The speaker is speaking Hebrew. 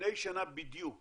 לפני שנה בדיוק